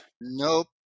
Nope